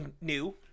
new